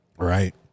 Right